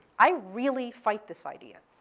i really fight this idea.